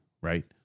right